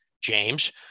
James